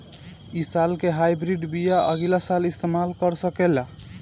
इ साल के हाइब्रिड बीया अगिला साल इस्तेमाल कर सकेला?